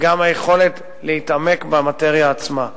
וגם היכולת להתעמק במאטריה עצמה.